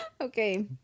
okay